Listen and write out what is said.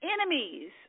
enemies